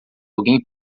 alguém